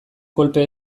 kolpe